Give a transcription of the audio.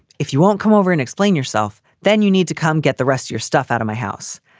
if you won't come over and explain yourself, then you need to come get the rest your stuff out of my house.